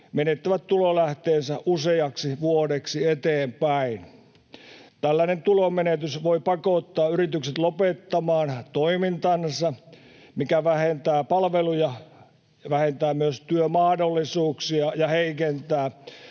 menettävät tulolähteensä useaksi vuodeksi eteenpäin. Tällainen tulonmenetys voi pakottaa yritykset lopettamaan toimintansa, mikä vähentää palveluja, vähentää myös työmahdollisuuksia ja heikentää